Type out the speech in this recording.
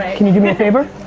can you do me a favor?